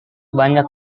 banyak